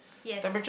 yes